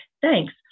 Thanks